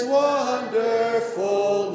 wonderful